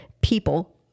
people